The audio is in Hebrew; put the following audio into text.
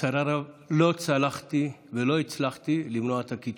לצערי הרב, לא צלחתי ולא הצלחתי למנוע את הקיצוץ.